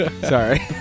sorry